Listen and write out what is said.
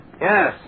Yes